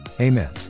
Amen